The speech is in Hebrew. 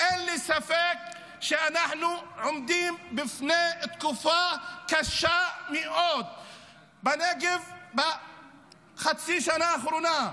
אין לי ספק שאנחנו עומדים בפני תקופה קשה מאוד בנגב בחצי שנה האחרונה.